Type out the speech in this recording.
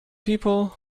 people